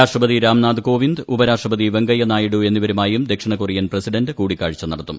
രാഷ്ട്രപതി രാംനാഥ് കോവിന്ദ് ഉപരാഷ്ട്രപതി വെങ്കയ്യ നായിഡു എന്നിവരുമായും ദക്ഷിണ കൊറിയൻ പ്രസിഡന്റ് കൂടിക്കാഴ്ച നടത്തും